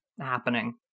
happening